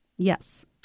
Yes